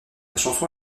chanson